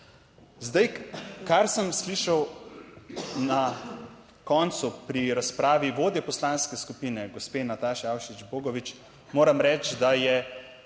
Zdaj, kar sem slišal na koncu pri razpravi vodje poslanske skupine gospe Nataše Avšič Bogovič moram reči, da je